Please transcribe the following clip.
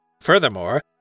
Furthermore